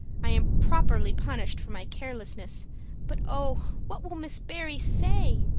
i am properly punished for my carelessness but oh, what will miss barry say?